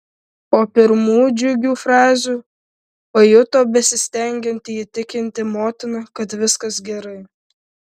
po pirmų džiugių frazių pajuto besistengianti įtikinti motiną kad viskas gerai